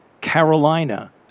Carolina